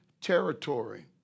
territory